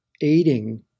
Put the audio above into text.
aiding